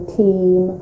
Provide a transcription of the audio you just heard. team